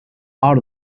are